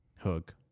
hook